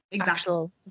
actual